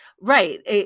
Right